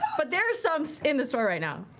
but there are some in the store right now.